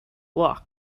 loch